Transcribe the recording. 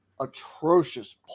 atrocious